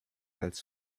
als